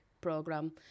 program